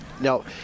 Now